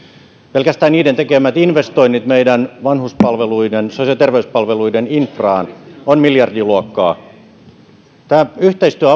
pelkästään niiden tekemät investoinnit meidän vanhuspalveluiden ja sosiaali ja terveyspalveluiden infraan ovat miljardiluokkaa tämä yhteistyö